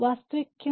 वास्तविक क्यों